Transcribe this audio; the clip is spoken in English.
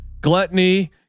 Gluttony